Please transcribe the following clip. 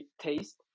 taste